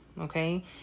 Okay